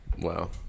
Wow